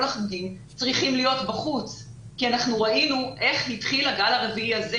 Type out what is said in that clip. כל החוגים צריכים להיות בחוץ כי אנחנו ראינו איך התחיל הגל הרביעי הזה.